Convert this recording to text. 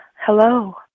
Hello